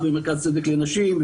כמו מרכז צדק לנשים,